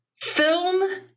film